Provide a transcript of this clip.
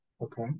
Okay